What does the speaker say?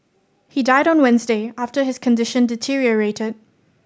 he died on Wednesday after his condition deteriorated